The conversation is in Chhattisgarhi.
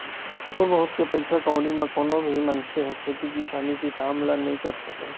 थोर बहुत के पइसा कउड़ी म कोनो भी मनखे ह खेती किसानी के काम ल नइ कर सकय